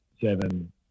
Seven